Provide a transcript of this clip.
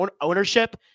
ownership